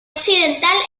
occidental